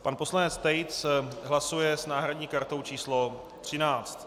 Pan poslanec Tejc hlasuje s náhradní kartou číslo 13.